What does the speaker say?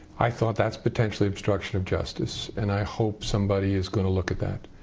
i thought that's potentially obstruction of justice. and i hope somebody is going to look at that.